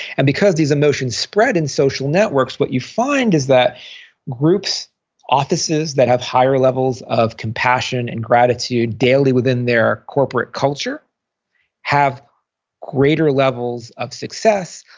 and because these emotions spread in social networks, what you find is that group offices that have higher levels of compassion and gratitude daily within their corporate culture have greater levels of success,